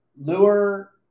lure